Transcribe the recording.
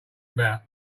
about